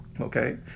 okay